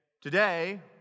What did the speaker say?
today